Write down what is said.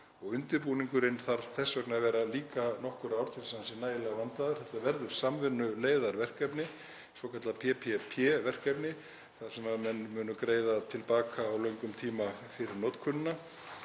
undirbúningurinn þarf þess vegna að vera líka nokkur ár til að hann sé nægilega vandaður. Þetta verður samvinnuleiðarverkefni, svokallað PPP-verkefni, þar sem menn munu greiða til baka á löngum tíma fyrir notkunina.